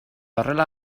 horrela